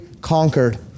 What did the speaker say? conquered